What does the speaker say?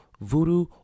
voodoo